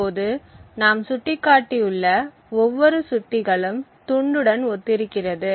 இப்போது நாம் சுட்டிக்காட்டியுள்ள ஒவ்வொரு சுட்டிகளும் துண்டுடன் ஒத்திருக்கிறது